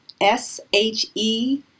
S-H-E